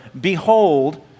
behold